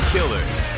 Killers